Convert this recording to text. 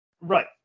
Right